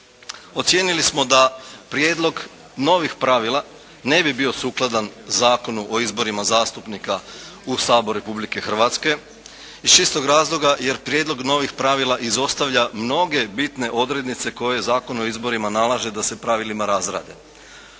Ocijenili smo da prijedlog novih pravila ne bi bio sukladan Zakonu o izborima zastupnika u Sabor Republike Hrvatske iz čistog razloga jer prijedlog novih pravila izostavlja mnoge bitne odrednice koji Zakon o izborima nalaže da se pravilima razrade.